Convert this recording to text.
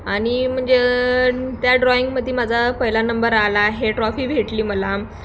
आणि म्हणजे त्या ड्रॉईंगमध्ये माझा पहिला नंबर आला हे ट्रॉफी भेटली मला